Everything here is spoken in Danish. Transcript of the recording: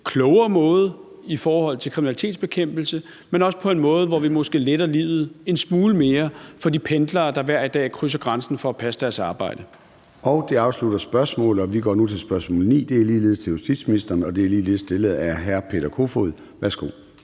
klogere måde i forhold til kriminalitetsbekæmpelse, men også på en måde, hvor vi måske letter livet en smule mere for de pendlere, der hver dag krydser grænsen for at passe deres arbejde. Kl. 13:56 Formanden (Søren Gade): Det afslutter spørgsmålet. Vi går nu til spørgsmål nr. 9. Det er ligeledes til justitsministeren, og det er ligeledes stillet af hr. Peter Kofod. Kl.